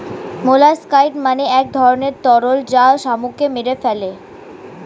molluscicide মানে এক ধরনের রাসায়নিক তরল যা শামুককে মেরে ফেলে